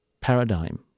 paradigm